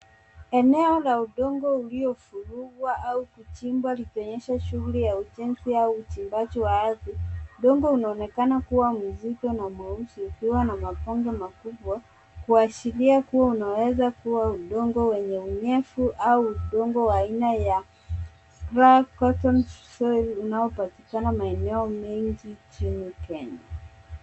Eneo la udongo uliovurugwa au kuchimbwa kuonyesha shughuli ya ujenzi au uchimbaji wa ardhi. Udongo unaonekana kuwa mzito na mweusi kuashiria kuwa unaweza kuwa udongo wenye unyevu au udongo wa aina ya black cotton soil unaopatikana maeneo mengi nchini Kenya.